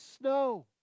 snow